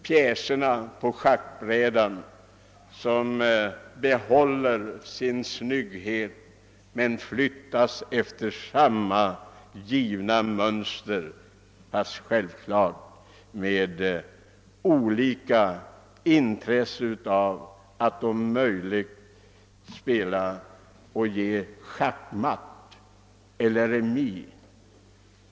Pjäserna på schackbrädet behåller sin skönhet och flyttas efter samma givna mönster, fastän spelarna har olika intresse av att åstadkomma schackmatt eller remi.